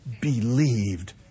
believed